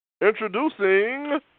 Introducing